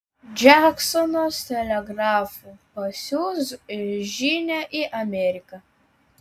džeksonas telegrafu pasiųs žinią į ameriką